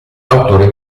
autore